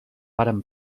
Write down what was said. varen